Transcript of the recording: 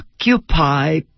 occupy